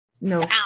No